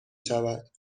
شود